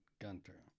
Gunter